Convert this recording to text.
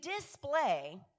display